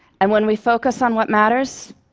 and when we focus on what matters,